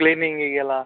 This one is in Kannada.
ಕ್ಲೀನಿಂಗಿಂಗೆ ಎಲ್ಲ